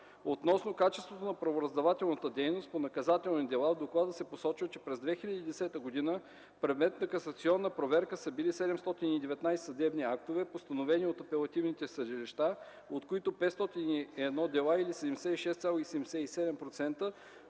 Относно качеството на правораздавателната дейност по наказателни дела в доклада се посочва, че през 2010 г. предмет на касационна проверка са били 719 съдебни актове, постановени от апелативните съдилища, от които 501 дела или 76,77%,